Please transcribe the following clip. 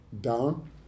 down